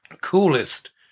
coolest